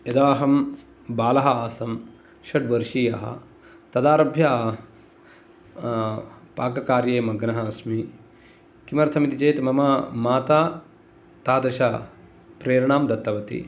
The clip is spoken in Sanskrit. यदा अहं बालः आसम् षड्वर्षियः तदारभ्य पाककार्ये मग्नः अस्मि किमर्थम् इति चेत् मम माता तादृश प्रेरणां दत्तवती